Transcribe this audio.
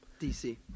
DC